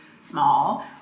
small